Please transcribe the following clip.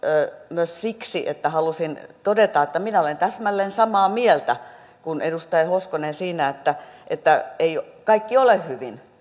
myös siksi että halusin todeta että minä olen täsmälleen samaa mieltä kuin edustaja hoskonen siinä että että ei kaikki ole hyvin